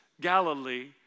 Galilee